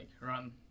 run